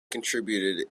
contributed